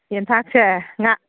ꯌꯦꯟꯊꯥꯛꯁꯦ ꯉꯥ